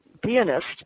pianist